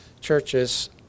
churches